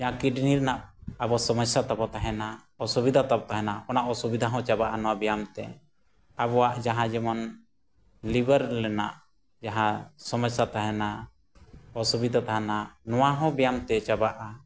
ᱡᱟᱦᱟᱸ ᱠᱤᱰᱱᱤ ᱨᱮᱱᱟᱜ ᱟᱵᱚ ᱥᱚᱢᱚᱥᱟ ᱛᱟᱵᱚ ᱛᱟᱦᱮᱱᱟ ᱚᱥᱩᱵᱤᱫᱟ ᱛᱟᱵᱚ ᱛᱟᱦᱮᱱᱟ ᱚᱱᱟ ᱚᱥᱩᱵᱤᱫᱟ ᱦᱚᱸ ᱪᱟᱵᱟᱜᱼᱟ ᱱᱚᱣᱟ ᱵᱮᱭᱟᱢ ᱛᱮ ᱟᱵᱚᱣᱟᱜ ᱡᱟᱦᱟᱸ ᱡᱮᱢᱚᱱ ᱞᱤᱵᱷᱟᱨ ᱨᱮᱱᱟᱜ ᱡᱟᱦᱟᱸ ᱥᱚᱢᱚᱥᱟ ᱛᱟᱦᱮᱱᱟ ᱚᱥᱩᱵᱤᱫᱟ ᱛᱟᱦᱮᱱᱟ ᱱᱚᱣᱟ ᱦᱚᱸ ᱵᱮᱭᱟᱢ ᱛᱮ ᱪᱟᱵᱟᱜᱼᱟ